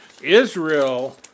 Israel